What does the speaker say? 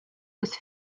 was